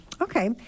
okay